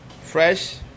fresh